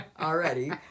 already